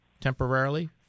temporarily